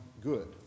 good